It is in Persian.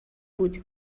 بود